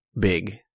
big